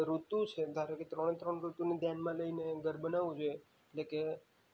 ઋતુ છે ધારો કે ત્રણ ત્રણે ઋતુની ધ્યાનમાં લઈને એમ ઘર બનાવું જોઈએ એટલે કે